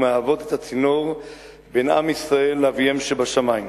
והן מהוות את הצינור בין עם ישראל לאביהם שבשמים.